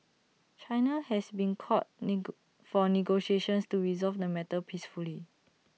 China has been called for negotiations to resolve the matter peacefully